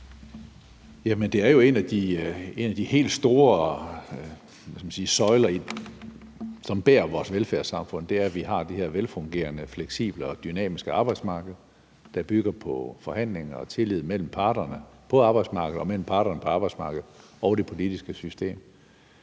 Det er jo en af de helt store, hvad skal man sige, søjler, som bærer vores velfærdssamfund, at vi har det her velfungerende fleksible og dynamiske arbejdsmarked, der bygger på forhandlinger og tillid mellem parterne på arbejdsmarkedet og mellem parterne på arbejdsmarkedet og det politiske system.